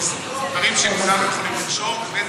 אורלי לוי אבקסיס, דברים שכדאי באמת לרשום, ב.